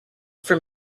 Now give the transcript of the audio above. for